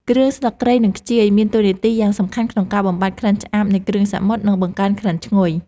គ្រឿងស្លឹកគ្រៃនិងខ្ជាយមានតួនាទីយ៉ាងសំខាន់ក្នុងការបំបាត់ក្លិនឆ្អាបនៃគ្រឿងសមុទ្រនិងបង្កើនក្លិនឈ្ងុយ។